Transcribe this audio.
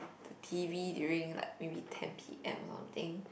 the t_v during like maybe ten P_M or something